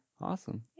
Awesome